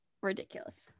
ridiculous